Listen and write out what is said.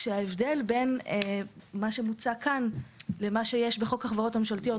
כשההבדל בין מה שמוצע כאן למה שיש בחוק החברות הממשלתיות,